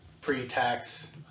pre-tax